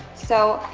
so,